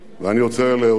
ואני רוצה להודות